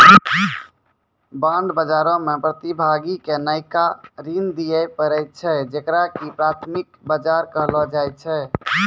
bond बजारो मे प्रतिभागी के नयका ऋण दिये पड़ै छै जेकरा की प्राथमिक बजार कहलो जाय छै